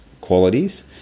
qualities